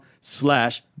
slash